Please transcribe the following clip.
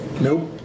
Nope